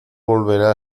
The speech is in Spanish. volverá